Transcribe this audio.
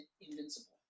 Invincible